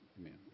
amen